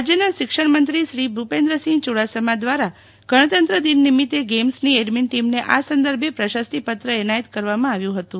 રાજ્યના શિક્ષણમંત્રી શ્રી ભુપેન્દ્રસિંહ યુડાસમાએ ગણતંત્રદિન નિમિત્તે ગેઇ મ્સની એડ્મીન ટીમને આ સંદર્ભે પ્રશસ્તિપત્ર એનાયત કરવામાં આવ્યું હતું